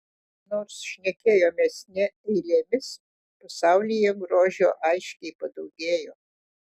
nors šnekėjomės ne eilėmis pasaulyje grožio aiškiai padaugėjo